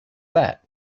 that